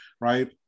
right